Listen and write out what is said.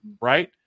right